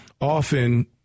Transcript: often